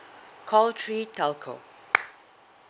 call three telco